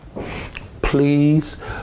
please